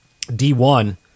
D1